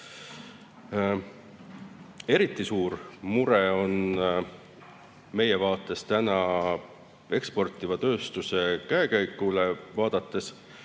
Eriti suur mure on meie vaates eksportiva tööstuse käekäik, seda